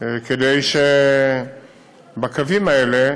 כדי שבקווים האלה